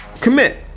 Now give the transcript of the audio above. commit